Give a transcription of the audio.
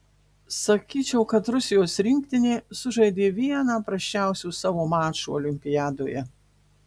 sakyčiau kad rusijos rinktinė sužaidė vieną prasčiausių savo mačų olimpiadoje